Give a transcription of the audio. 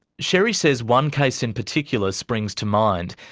sherri says one case in particular springs to mind,